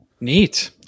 neat